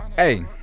Hey